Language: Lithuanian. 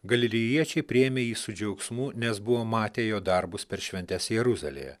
galilėjiečiai priėmė jį su džiaugsmu nes buvo matę jo darbus per šventes jeruzalėje